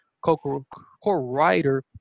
co-writer